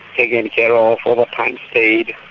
taken care ah of, overtime paid,